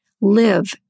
live